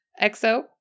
EXO